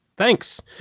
Thanks